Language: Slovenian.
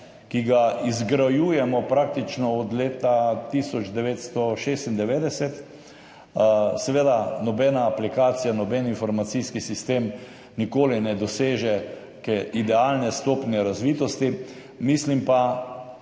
ki ga izgrajujemo praktično od leta 1996. Seveda nobena aplikacija, noben informacijski sistem nikoli ne doseže neke idealne stopnje razvitosti, mislim pa